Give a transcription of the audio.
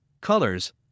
colors